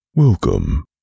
Welcome